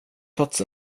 plats